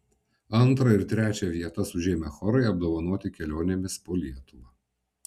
antrą ir trečią vietas užėmę chorai apdovanoti kelionėmis po lietuvą